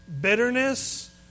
bitterness